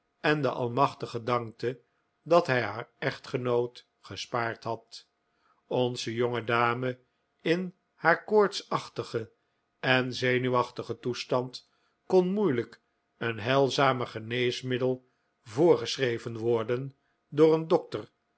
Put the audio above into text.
en den almachtigen dankte dat hij haar echtgenoot gespaard had onze jonge dame in haar koortsachtigen en zenuwachtigen toestand kon moeilijk een heilzamer geneesmiddel voorgeschreven worden door een dokter